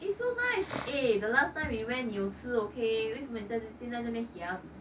it's so nice eh the last time we went 你有吃 okay 为什么你这现在这边 hiam